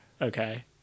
okay